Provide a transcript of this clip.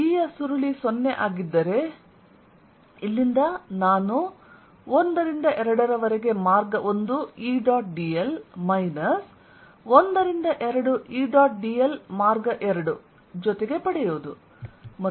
E ಯ ಸುರುಳಿ 0 ಆಗಿದ್ದರೆ ಇಲ್ಲಿಂದ ನಾನು 1 ರಿಂದ 2 ರವರೆಗೆ ಮಾರ್ಗ1 E ಡಾಟ್ dl ಮೈನಸ್ 1 ರಿಂದ 2 E ಡಾಟ್ dl ಮಾರ್ಗ 2 ಜೊತೆಗೆ ಪಡೆಯುವುದು